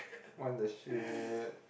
what the shit